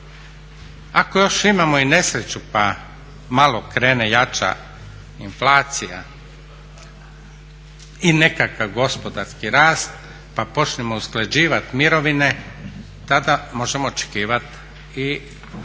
Ako još imamo i nesreću pa malo krene jača inflacija i nekakav gospodarski rast pa počnemo usklađivat mirovine, tada možemo očekivat i 18